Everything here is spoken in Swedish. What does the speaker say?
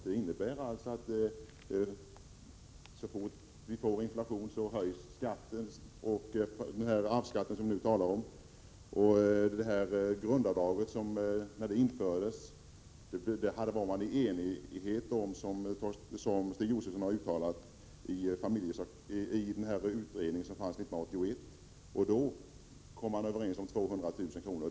Det innebär att så fort det blir inflation så höjs den arvsskatt som vi nu talar om. När grundavdraget infördes rådde det — som Stig Josefson sagt — år 1981 i utredningen enighet om att avdraget skulle vara 200 000 kr.